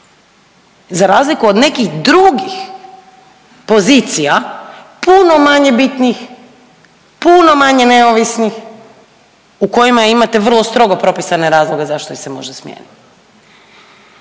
za razliku od nekih drugih pozicija puno manje bitnih, puno manje neovisnih u kojima imate vrlo strogo propisane razloge zašto ih se može smijenit.